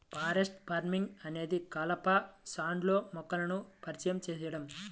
forest farming అనేది కలప స్టాండ్లో మొక్కలను పరిచయం చేయడం